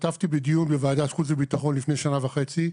השתתפתי בדיון בוועדת החוץ והביטחון לפני שנה וחצי,